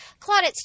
Claudette